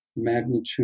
magnitude